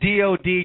DOD